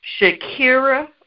Shakira